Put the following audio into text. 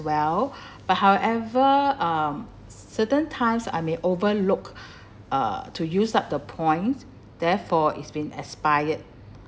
well but however um certain times I may overlook uh to use up the points therefore it's been expired